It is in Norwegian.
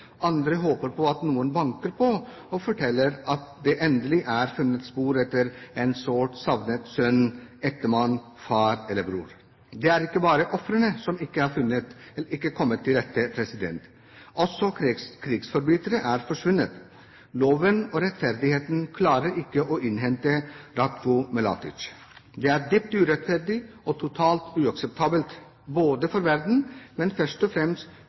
Andre håper på at noen banker på og forteller at det endelig er funnet spor etter en sårt savnet sønn, ektemann, far eller bror. Det er ikke bare ofrene som ikke har kommet til rette, også krigsforbrytere er forsvunnet. Loven og rettferdigheten klarer ikke å innhente Ratko Mladic. Det er dypt urettferdig og totalt uakseptabelt for verden, men først og fremst